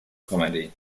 comedy